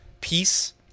peace